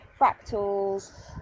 fractals